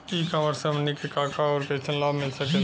ई कॉमर्स से हमनी के का का अउर कइसन लाभ मिल सकेला?